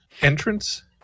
entrance